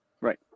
Right